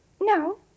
No